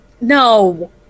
No